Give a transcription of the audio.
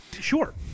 Sure